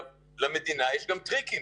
למדינה יש גם טריקים.